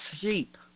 sheep